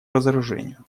разоружению